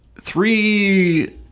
three